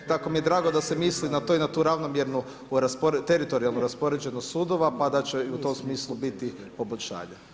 Tako mi je drago da se misli i na tu ravnomjernu teritorijalnu raspoređenost sudova, pa da će i u tom smislu biti poboljšanja.